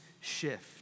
shift